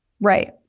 Right